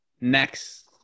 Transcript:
next